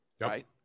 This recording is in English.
right